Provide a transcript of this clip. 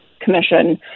Commission